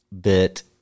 bit